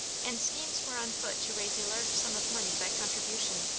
and schemes were on foot to raise a large sum of money by contribution.